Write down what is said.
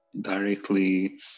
directly